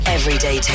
Everyday